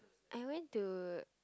I went to